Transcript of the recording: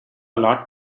lot